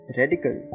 radical